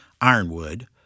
ironwood